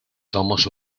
somos